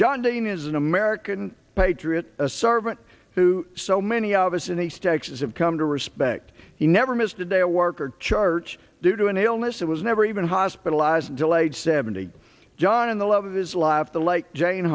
john dean is an american patriot a servant who so many of us in east texas have come to respect he never missed a day of work or charge due to an illness that was never even hospitalized delayed seventy john in the love of his life the like jane